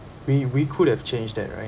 we we could have changed that right